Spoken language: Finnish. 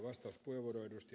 arvoisa puhemies